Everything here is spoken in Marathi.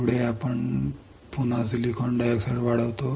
पुढे आपण पुन्हा सिलिकॉन डाय ऑक्साईड वाढवतो